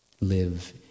Live